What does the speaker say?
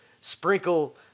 sprinkle